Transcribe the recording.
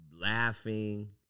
laughing